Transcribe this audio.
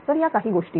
तर या काही गोष्टी